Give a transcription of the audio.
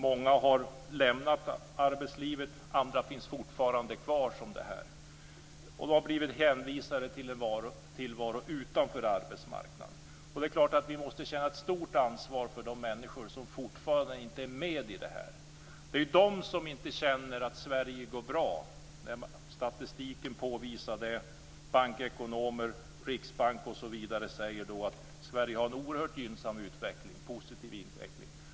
Många har lämnat arbetslivet, och andra finns fortfarande kvar. De har blivit hänvisade till en tillvaro utanför arbetsmarknaden. Vi måste känna ett stort ansvar för de människor som fortfarande inte är med. Det är de som inte känner att Sverige går bra när statistiken påvisar det och bankekonomer, Riksbanken osv. säger att Sverige har en oerhört gynnsam och positiv utveckling.